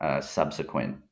subsequent